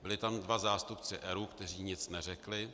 Byli tam dva zástupci ERÚ, kteří nic neřekli.